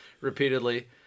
repeatedly